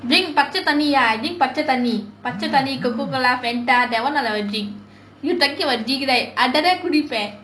I drink pacha thanni thanni ya I drink pacha thanni pacha thanni thanni pacha thanni Coca Cola Fanta that [one] all I drink you talking about drink right அதை தான் குடிப்பேன்:athai thaan kudippaen